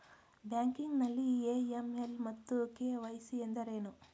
Banking ನಲ್ಲಿ AML ಮತ್ತು KYC ಎಂದರೇನು?